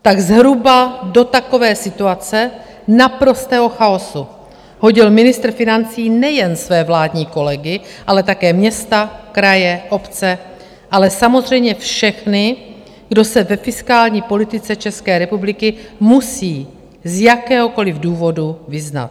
Tak zhruba do takové situace naprostého chaosu hodil ministr financí nejen své vládní kolegy, ale také města, kraje, obce, ale samozřejmě všechny, kdo se ve fiskální politice České republiky musí z jakéhokoliv důvodu vyznat.